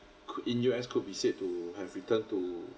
could in U_S could be said to have returned to